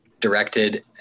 directed